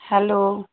hello